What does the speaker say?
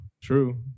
true